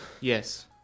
Yes